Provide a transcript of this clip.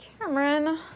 Cameron